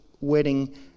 wedding